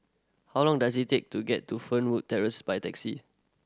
how long does it take to get to Fernwood Terrace by taxi